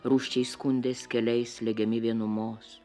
rūsčiai skundės keliais slegiami vienumos